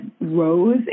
rose